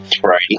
Friday